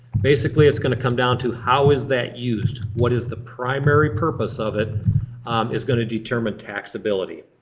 basically it's gonna come down to how is that used. what is the primary purpose of it is gonna determine taxability.